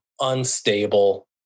unstable